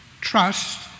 Trust